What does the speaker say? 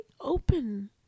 open